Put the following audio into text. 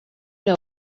know